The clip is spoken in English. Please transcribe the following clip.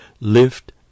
lift